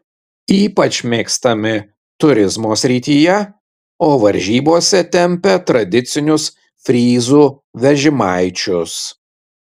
ypač mėgstami turizmo srityje o varžybose tempia tradicinius fryzų vežimaičius